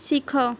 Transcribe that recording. ଶିଖ